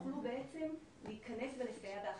יוכלו בעצם להיכנס ולסייע באכיפה,